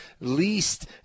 least